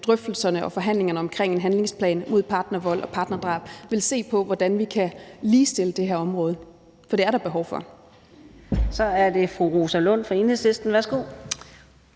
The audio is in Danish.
drøftelserne og forhandlingerne om en handlingsplan mod partnervold og partnerdrab vil se på, hvordan vi kan ligestille på det her område. For det er der behov for. Kl. 18:10 Fjerde næstformand